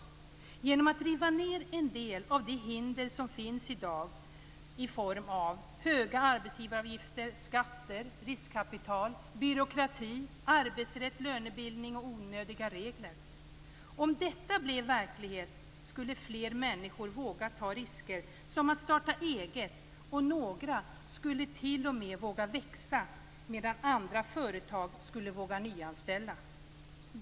Detta kan vi göra genom att riva ned en del av de hinder som finns i dag i form av höga arbetsgivaravgifter, skatter, riskkapital, byråkrati, arbetsrätt, lönebildning och onödiga regler. Om detta blev verklighet skulle fler människor våga ta risker som att starta eget. Några företag skulle t.o.m. våga växa, medan andra skulle våga nyanställa.